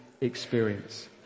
experience